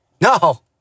No